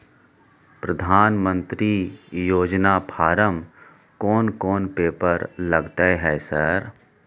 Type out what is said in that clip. प्रधानमंत्री योजना फारम कोन कोन पेपर लगतै है सर?